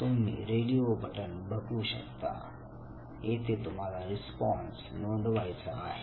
तुम्ही radio button बघू शकता जेथे तुम्हाला रिस्पॉन्स नोंदवायचा आहे